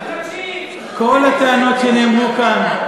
כל הטענות שנאמרו כאן,